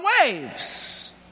waves